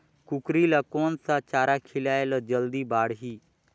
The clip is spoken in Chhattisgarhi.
कूकरी ल कोन सा चारा खिलाय ल जल्दी बाड़ही?